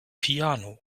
piano